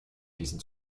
diesen